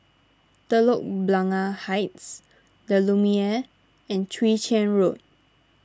Telok Blangah Heights the Lumiere and Chwee Chian Road